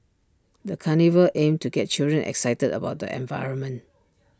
the carnival aimed to get children excited about the environment